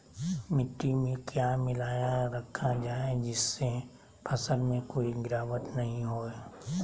मिट्टी में क्या मिलाया रखा जाए जिससे फसल में कोई गिरावट नहीं होई?